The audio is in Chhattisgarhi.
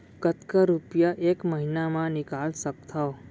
कतका रुपिया एक महीना म निकाल सकथव?